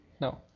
no